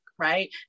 right